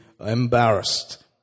embarrassed